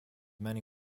many